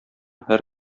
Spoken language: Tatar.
һәр